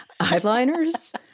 eyeliners